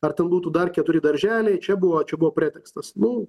ar ten būtų dar keturi darželiai čia buvo čia buvo pretekstas nu